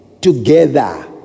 together